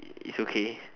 its okay